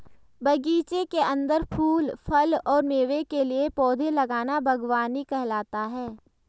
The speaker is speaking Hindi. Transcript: बगीचे के अंदर फूल, फल और मेवे के लिए पौधे लगाना बगवानी कहलाता है